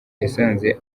yasanze